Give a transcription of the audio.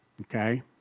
Okay